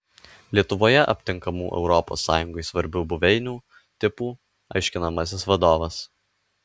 lietuvoje aptinkamų europos sąjungai svarbių buveinių tipų aiškinamasis vadovas